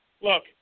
look